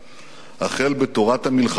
החל בתורת המלחמה שלו